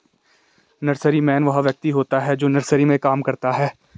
nurseryman वह व्यक्ति होता है जो नर्सरी में काम करता है